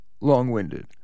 long-winded